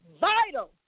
vital